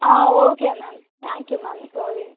ah okay ma'am thank you ma'am you always